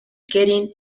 getting